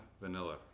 vanilla